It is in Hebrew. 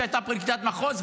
שהייתה פרקליטת מחוז,